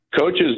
coaches